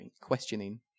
questioning